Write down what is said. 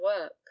work